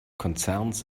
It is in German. konzerns